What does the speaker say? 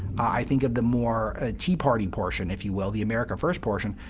i think of the more ah tea party portion, if you will, the america first portion,